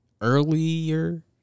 earlier